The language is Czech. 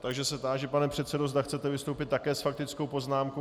Takže se táži, pane předsedo, zda chcete vystoupit také s faktickou poznámkou.